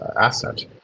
asset